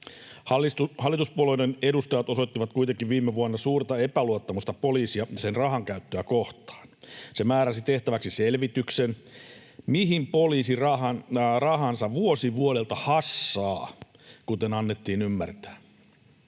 Hallituspuolueiden edustajat osoittivat kuitenkin viime vuonna suurta epäluottamusta poliisia ja sen rahankäyttöä kohtaan. Se määräsi tehtäväksi selvityksen, mihin poliisi rahansa vuosi vuodelta hassaa, kuten annettiin ymmärtää.